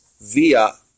via